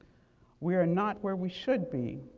we are not where we should be,